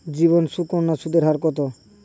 জীবন সুকন্যা সুদের হার কত?